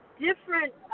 different